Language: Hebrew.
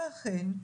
ואכן,